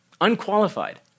unqualified